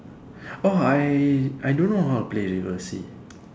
orh I I don't know how to play reverse